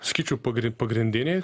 sakyčiau pagri pagrindiniai